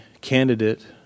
candidate